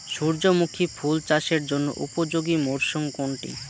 সূর্যমুখী ফুল চাষের জন্য উপযোগী মরসুম কোনটি?